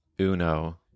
Uno